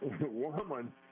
woman